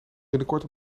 binnenkort